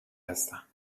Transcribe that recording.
هستم